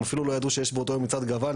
הם אפילו לא ידעו שיש באותו יום מצעד הגאווה,